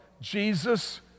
Jesus